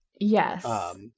Yes